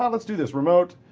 um let's do this, remote